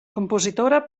compositora